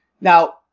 now